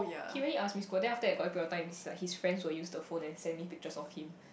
he really ask me school work then after that got period of time is like his friends will use the phone and send me picture of him